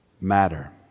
matter